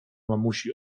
mamusi